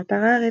באתר הארץ,